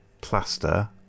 plaster